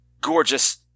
gorgeous